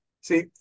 See